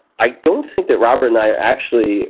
i don't think that robert and i are actually